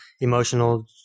emotional